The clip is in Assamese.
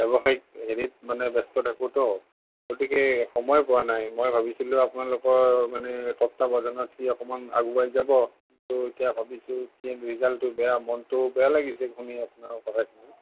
ব্যৱসায়ীক হেৰিত মানে ব্যস্ত থাকোঁতো গতিকে সময় পোৱা নাই মই ভাবিছিলোঁ আপোনালোকৰ মানে তত্বাৱধানত সি অকণমান আগুৱাই যাব কিন্তু এতিয়া ভাবিছোঁ কি ৰিজাল্টো বেয়া মনটো বেয়া লাগিছে শুনি আপোনাৰ কথাখিনি